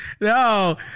No